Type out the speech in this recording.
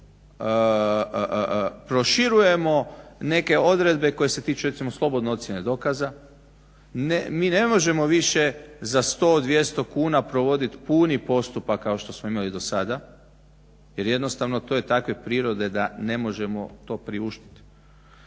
proširujemo neke odredbe koje se tiču recimo slobodne ocjene dokaza. Mi ne možemo više za 100, 200 kuna provodit puni postupak kao što smo imali do sada. Jer jednostavno to je takve prirode da ne možemo to priuštiti.